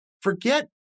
forget